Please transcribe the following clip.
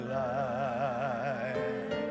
life